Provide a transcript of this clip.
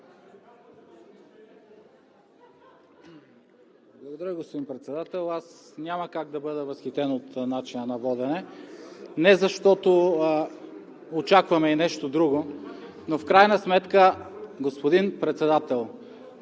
Благодаря, господин Председател! Аз няма как да бъда възхитен от начина на водене не защото очакваме и нещо друго, но в крайна сметка, господин Председател,